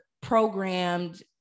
programmed